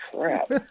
crap